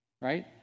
right